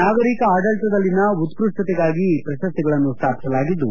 ನಾಗರಿಕ ಆಡಳಿತದಲ್ಲಿನ ಉತ್ತಷ್ಟತೆಗಾಗಿ ಈ ಪ್ರಶಸ್ತಿಗಳನ್ನು ಸ್ಥಾಪಿಸಲಾಗಿದ್ದು